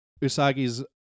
Usagi's